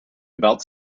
about